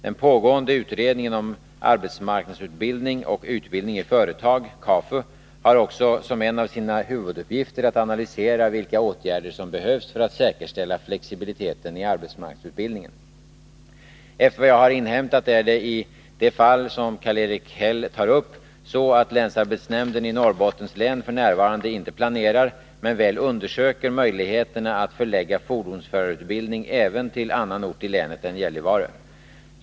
Den pågående utredningen om arbetsmarknadsutbildning och utbildning i företag har också som en av sina huvuduppgifter att analysera vilka åtgärder som behövs för att säkerställa fléxibiliteten i arbetsmarknadsutbildningen. Efter vad jag har inhämtat är det i det fall som Karl-Erik Häll tar upp så, att länsarbetsnämnden i Norrbottens län f. n. inte planerar, men väl undersöker möjligheterna att förlägga fordonsförarutbildning även till annan ort i länet än Gällivare.